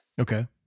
okay